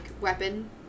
weapon